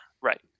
Right